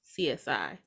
CSI